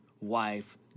Wife